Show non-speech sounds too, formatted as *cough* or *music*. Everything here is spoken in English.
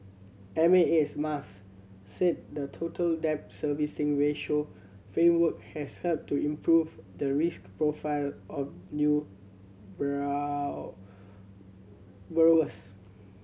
M A S Mas said the Total Debt Servicing Ratio framework has helped to improve the risk profile of new *unintelligible*